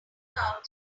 through